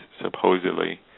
supposedly